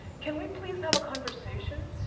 can we please have a conversation.